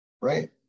right